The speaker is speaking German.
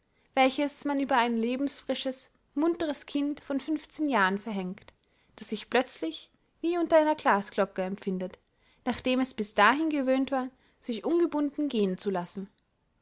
welches man über ein lebensfrisches munteres kind von jahren verhängt das sich plötzlich wie unter einer glasglocke empfindet nachdem es bis dahin gewöhnt war sich ungebunden gehen zu lassen